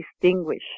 distinguish